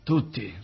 Tutti